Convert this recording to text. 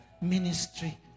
ministry